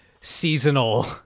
seasonal